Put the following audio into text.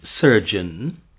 surgeon